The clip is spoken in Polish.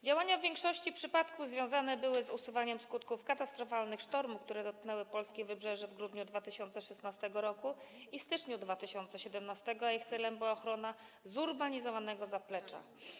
Działania w większości przypadków były związane z usuwaniem skutków katastrofalnych sztormów, które dotknęły polskie wybrzeże w grudniu 2016 r. i styczniu 2017, a ich celem była ochrona zurbanizowanego zaplecza.